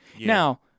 Now